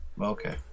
Okay